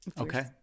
Okay